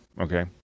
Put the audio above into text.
Okay